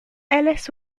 ellis